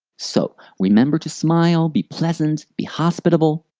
so, remember to smile, be pleasant, be hospitable.